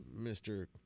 Mr